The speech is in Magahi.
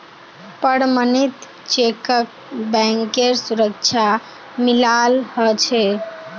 प्रमणित चेकक बैंकेर सुरक्षा मिलाल ह छे